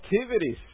activities